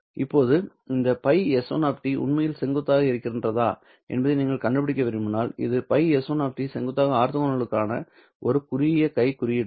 இப்போது இந்த ϕS1 உண்மையில் செங்குத்தாக இருக்கிறதா என்பதை நீங்கள் கண்டுபிடிக்க விரும்பினால் இது ϕS1 செங்குத்தாக ஆர்த்தோகோனலுக்கான ஒரு குறுகிய கை குறியீடாகும்